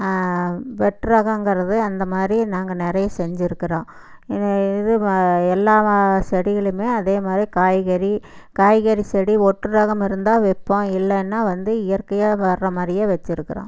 வெட்டுரகங்கறது அந்தமாதிரி நாங்கள் நிறையா செஞ்சிருக்கிறோம் இது எல்லா செடிகளுமே அதேமாதிரி காய்கறி காய்கறி செடி ஒட்டுரகம் இருந்தால் வைப்போம் இல்லைன்னா வந்து இயற்கையாக வர மாதிரியே வெச்சிருக்கிறோம்